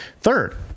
third